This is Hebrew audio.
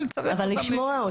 אבל לצרף אותם.